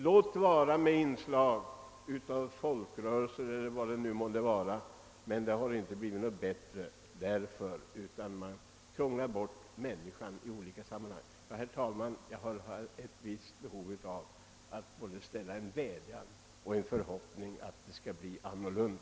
Låt vara att det i sammanhanget kan finnas inslag av folklig representation o.d. — det har fördenskull inte blivit något bättre, utan man krånglar bort människan. Herr talman! Jag har ett behov av att rikta en vädjan till regeringen och uttala en förhoppning att det skall bli annorlunda.